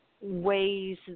ways